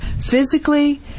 physically